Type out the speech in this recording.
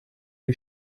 die